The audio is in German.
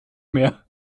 mehr